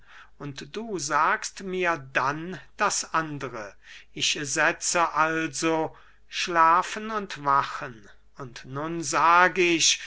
und du sagst mir dann das andere ich setze also schlafen und wachen und nun sag ich